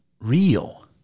real